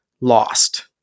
lost